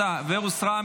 עלובי נפש.